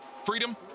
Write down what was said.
freedom